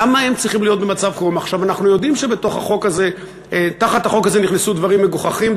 אנחנו יודעים שתחת החוק הזה נכנסו דברים מגוחכים,